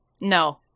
No